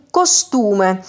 costume